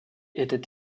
étaient